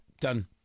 done